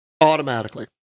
Automatically